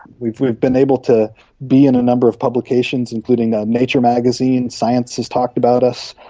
we've we've been able to be in a number of publications including ah nature magazine, science has talked about us.